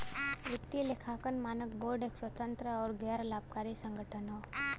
वित्तीय लेखांकन मानक बोर्ड एक स्वतंत्र आउर गैर लाभकारी संगठन हौ